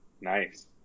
nice